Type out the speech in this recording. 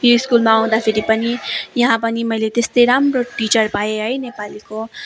यो स्कुलमा आउँदाखेरि पनि यहाँ पनि मैले त्यस्तै राम्रो टिचर पाएँ है नेपालीको